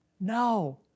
No